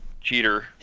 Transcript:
cheater